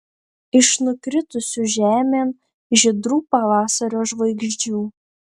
iš nukritusių žemėn žydrų pavasario žvaigždžių